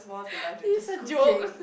is a joke